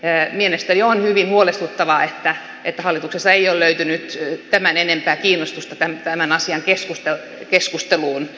mielestäni on hyvin huolestuttavaa että hallituksessa ei ole löytynyt tämän enempää kiinnostusta tämän asian keskusteluun